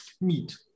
meat